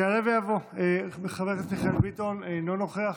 יעלה ויבוא חבר הכנסת מיכאל ביטון, אינו נוכח.